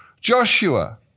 Joshua